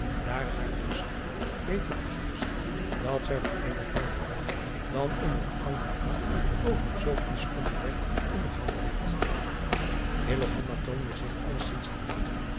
daar het haar toescheen beter te zullen zijn dat zij op eenen vreemden grond dan onder het ouderlijk dak over een zoo kiesch onderwerp onderhouden werd toonde zich allezins genegen